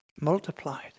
multiplied